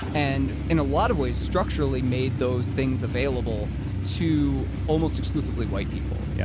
and in a lot of ways, structurally made those things available to almost exclusively white people. yeah